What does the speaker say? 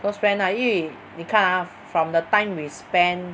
close friend ah 因为你看她 from the time we spend